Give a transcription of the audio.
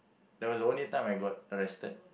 that was the only time I got arrested